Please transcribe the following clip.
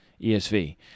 ESV